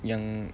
yang